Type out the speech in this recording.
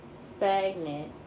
stagnant